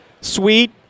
Sweet